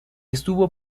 estuvo